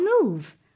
move